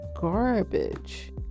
garbage